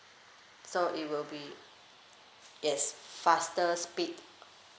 so it will be yes faster speed